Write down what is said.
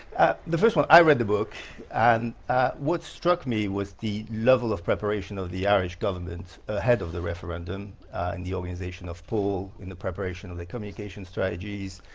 the first one, i read the book, and what struck me was the level of preparation of the irish government ahead of the referendum in the organization of paul, in the preparation of the communications strategies,